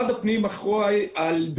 הכוח.